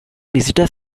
visitor